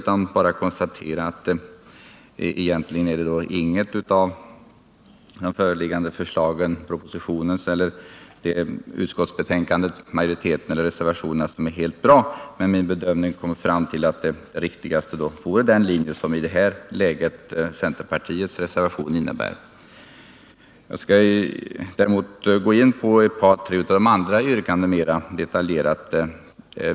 Jag bara konstaterar att egentligen är det inget av de förslag som föreligger i propositionen, från utskottets majoritet eller i reservationerna, som är helt bra. Vid min bedömning har jag kommit fram till att det riktigaste dock är att följa den linje som centerpartiets reservation anvisar. Jag skall däremot gå in på några av de andra yrkandena mera detaljerat.